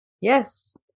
Yes